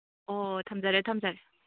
ꯑꯣ ꯊꯝꯖꯔꯦ ꯊꯝꯖꯔꯦ